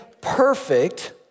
perfect